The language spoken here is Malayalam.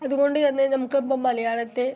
അതുകൊണ്ട് തന്നെ നമുക്കിപ്പം മലയാളത്തെ